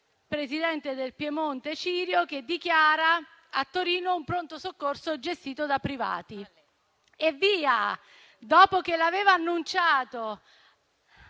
presidente del Piemonte Cirio, che ha dichiarato a Torino la nascita di un pronto soccorso gestito da privati. E via: dopo che l'aveva annunciato